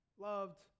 loved